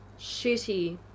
Shitty